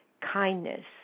kindness